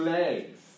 legs